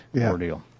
ordeal